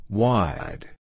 wide